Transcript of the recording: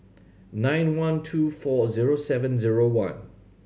nine one two four zero seven zero one